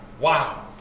Wow